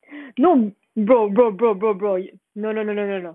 no bro bro bro bro bro no no no no no no